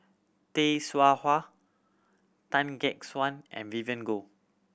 Tay Seow Huah Tan Gek Suan and Vivien Goh